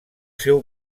seu